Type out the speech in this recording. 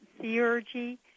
theurgy